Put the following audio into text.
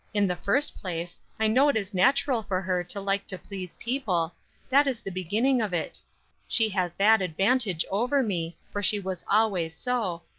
in the first place, i know it is natural for her to like to please people that is the beginning of it she has that advantage over me, for she was always so,